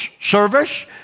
service